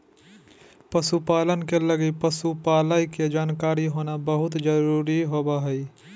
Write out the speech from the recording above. पशु पालन के लगी पशु पालय के जानकारी होना बहुत जरूरी होबा हइ